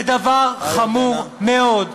זה דבר חמור מאוד.